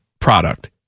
product